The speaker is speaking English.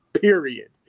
period